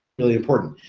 really important,